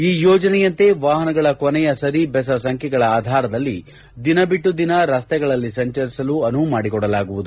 ಈ ಯೋಜನೆಯಂತೆ ವಾಹನಗಳ ಕೊನೆಯ ಸರಿ ಬೆಸ ಸಂಖ್ಯೆಗಳ ಆಧಾರದಲ್ಲಿ ದಿನ ಬಿಟ್ಟು ದಿನ ರಸ್ತೆಗಳಲ್ಲಿ ಸಂಚರಿಸಲು ಅನುವು ಮಾಡಿಕೊಡಲಾಗುತ್ತದೆ